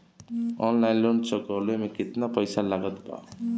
Online loan चुकवले मे केतना पईसा लागत बा?